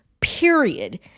period